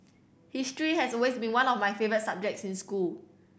history has always been one of my favourite subjects in school